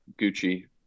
Gucci